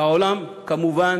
והעולם כמובן